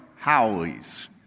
howlies